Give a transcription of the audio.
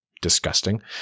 disgusting